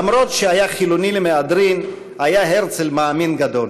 אף שהיה חילוני למהדרין, היה מאמין גדול.